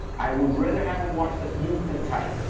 i would rather have a watch that's loose than tight.